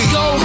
go